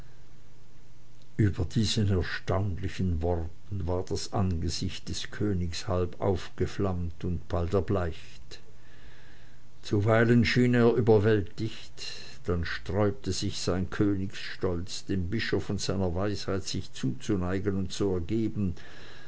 über diesen erstaunlichen worten war das angesicht des königs bald aufgeflammt und bald erbleicht zuweilen schien er überwältigt dann sträubte sich sein königsstolz dem bischof und seiner weisheit sich zuzuneigen und zu ergeben